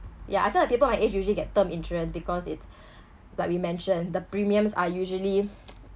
ya I feel that people my age usually get term insurance because it's like we mention the premiums are usually